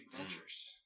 Adventures